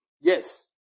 Yes